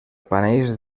panells